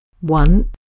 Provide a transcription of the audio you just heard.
One